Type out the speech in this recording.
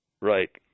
right